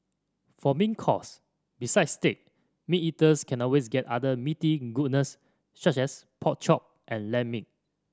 for main course besides steak meat eaters can always get other meaty goodness such as pork chop and lamb meat